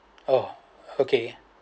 oh okay